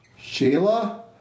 Sheila